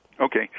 Okay